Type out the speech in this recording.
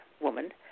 woman